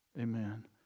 Amen